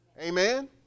amen